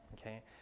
Okay